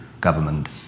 government